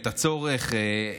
את הצורך,